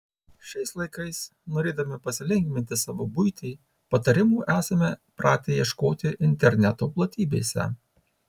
šiais laikais norėdami pasilengvinti savo buitį patarimų esame pratę ieškoti interneto platybėse